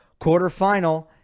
Quarterfinal